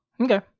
Okay